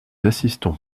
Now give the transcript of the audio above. assistons